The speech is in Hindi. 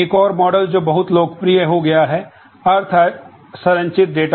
एक और मॉडल या अर्ध संरचित